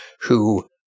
who-